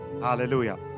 Hallelujah